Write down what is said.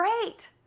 great